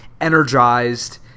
energized